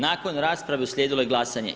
Nakon rasprave uslijedilo je glasanje.